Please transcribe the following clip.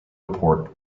report